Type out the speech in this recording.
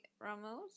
Ramos